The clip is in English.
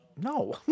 No